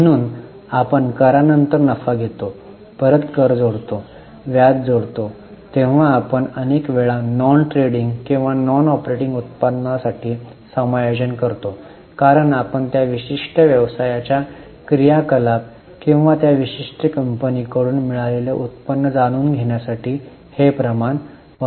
म्हणून आपण करा नंतर नफा घेतो परत कर जोडतो व्याज जोडतो तेव्हा आपण अनेक वेळा नॉन ट्रेडिंग किंवा नॉन ऑपरेटिंग उत्पन्नासाठी समायोजन करतो कारण आपण त्या विशिष्ट व्यवसायाच्या क्रियाकलाप किंवा त्या विशिष्ट कंपनीकडून मिळालेले उत्पन्न जाणून घेण्यासाठी हे प्रमाण वापरत होतो